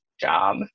job